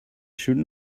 should